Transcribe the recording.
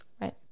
Right